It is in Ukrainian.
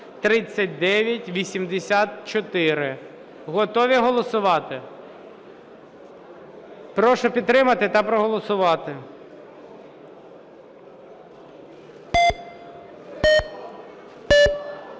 Готові голосувати? Прошу підтримати та проголосувати.